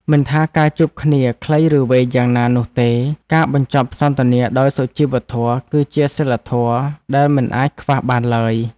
មិនថាការជួបគ្នាខ្លីឬវែងយ៉ាងណានោះទេការបញ្ចប់សន្ទនាដោយសុជីវធម៌គឺជាសីលធម៌ដែលមិនអាចខ្វះបានឡើយ។